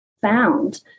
found